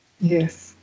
yes